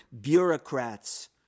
bureaucrats